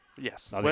Yes